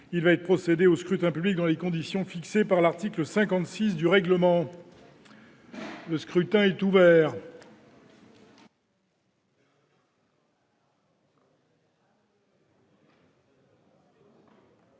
Il va être procédé au scrutin dans les conditions fixées par l'article 56 du règlement. Le scrutin est ouvert.